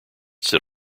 sit